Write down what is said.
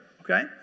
okay